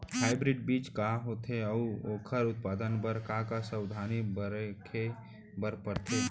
Hybrid बीज का होथे अऊ ओखर उत्पादन बर का का सावधानी रखे बर परथे?